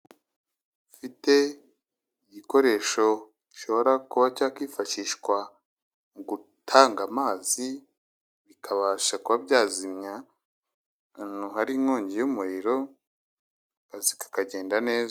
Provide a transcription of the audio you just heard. Afite igikoresho gishobora kuba cyakwifashishwa mu gutanga amazi, bikabasha kuba byazimya ahantu hari inkongi y'umuriro. Akazi kagenda neza.